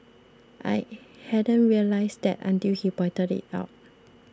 I hadn't realised that until he pointed it out